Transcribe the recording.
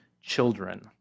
children